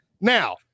Now